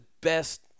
best